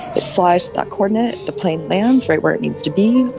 it flies to that coordinate, the plane lands right where it needs to be,